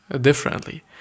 differently